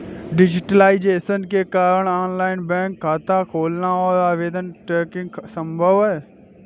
digitisation के कारण online bank खाता खोलना और आवेदन ट्रैकिंग संभव हैं